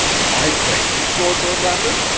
my place! exclaimed lord lambeth.